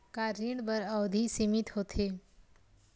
का ऋण बर अवधि सीमित होथे?